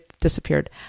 disappeared